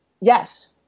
Yes